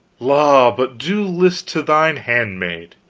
la, but do list to thine handmaid!